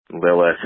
Lilith